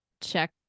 check